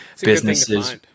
businesses